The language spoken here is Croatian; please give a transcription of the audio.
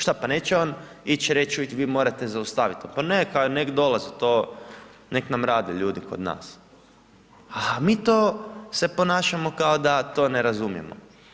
Šta, pa neće on ići reći vi morate zaustaviti to, pa neka, neka dolaze, to, neka nam rade ljudi kod nas a mi to se ponašamo kao da to ne razumijemo.